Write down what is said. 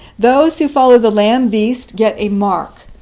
those who follow the lamb-beast get a mark.